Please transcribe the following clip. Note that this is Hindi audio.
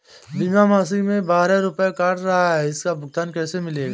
बीमा मासिक में बारह रुपय काट रहा है इसका भुगतान कैसे मिलेगा?